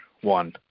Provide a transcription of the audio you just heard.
One